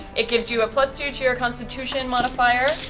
it gives you a plus two to your constitution modifier.